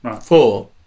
four